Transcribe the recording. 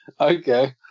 Okay